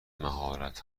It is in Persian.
مهارت